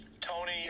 Tony